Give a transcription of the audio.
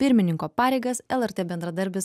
pirmininko pareigas lrt bendradarbis